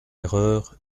erreur